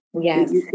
Yes